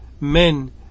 men